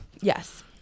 Yes